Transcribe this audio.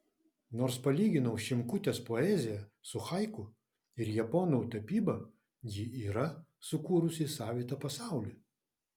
nors palyginau šimkutės poeziją su haiku ir japonų tapyba ji yra sukūrusi savitą pasaulį